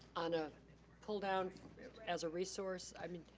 on a pull down as a resource? i mean